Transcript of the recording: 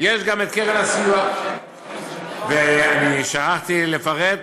גם קרן הסיוע ואני שכחתי לפרט,